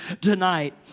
tonight